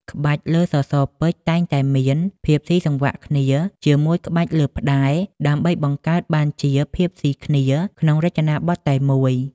ក្បាច់លើសសរពេជ្រតែងតែមាន ភាពស៊ីសង្វាក់គ្នា ជាមួយក្បាច់លើផ្តែរ ដើម្បីបង្កើតបានជាភាពសុីគ្នាក្នុងរចនាបថតែមួយ។